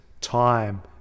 time